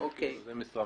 אבל הם מתנדבים.